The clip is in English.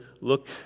look